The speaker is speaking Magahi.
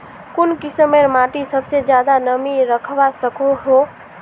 कुन किस्मेर माटी सबसे ज्यादा नमी रखवा सको हो?